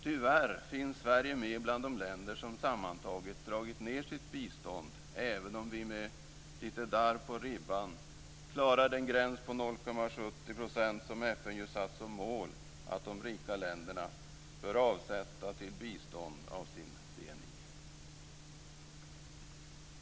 Tyvärr finns Sverige med bland de länder som sammantaget dragit ned sitt bistånd, även om vi med lite darr på ribban klarar den gräns på 0,70 % som FN satt som mål att de rika länderna bör avsätta till bistånd av sin BNI.